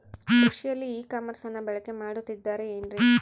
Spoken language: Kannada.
ಕೃಷಿಯಲ್ಲಿ ಇ ಕಾಮರ್ಸನ್ನ ಬಳಕೆ ಮಾಡುತ್ತಿದ್ದಾರೆ ಏನ್ರಿ?